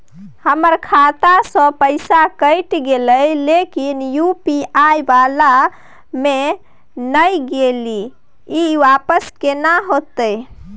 हमर खाता स पैसा कैट गेले इ लेकिन यु.पी.आई वाला म नय गेले इ वापस केना होतै?